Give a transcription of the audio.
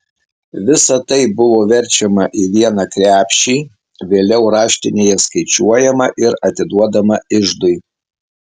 visa tai buvo verčiama į vieną krepšį vėliau raštinėje skaičiuojama ir atiduodama iždui